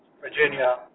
Virginia